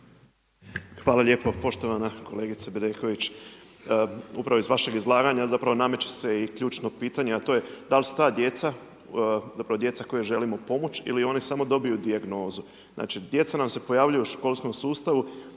Hvala lijepo. Poštovana kolegice Bedeković, upravo iz vašeg izlaganja zapravo nameće se i ključno pitanje, a to je da li su ta djeca, zapravo djeca kojoj želimo pomoći ili oni samo dobiju dijagnozu. Znači, djeca nam se pojavljuju u školskom sustavu